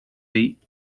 eat